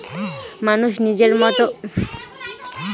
মানুষ নিজের মত পশুদের প্রজনন করায়